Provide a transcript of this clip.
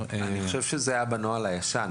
אני חושב שזה היה בנוהל הישן.